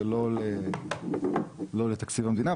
ולא לתקציב המדינה,